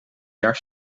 jaar